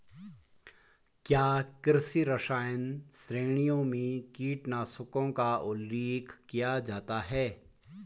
क्या कृषि रसायन श्रेणियों में कीटनाशकों का उल्लेख किया जाता है?